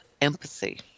empathy